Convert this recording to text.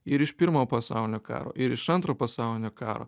ir iš pirmo pasaulinio karo ir iš antro pasaulinio karo